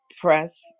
press